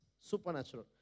supernatural